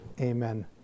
amen